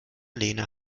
lena